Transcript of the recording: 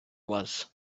was